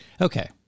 Okay